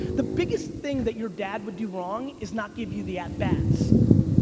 the biggest thing that your dad would do wrong is not give you the at-bats.